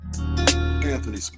anthony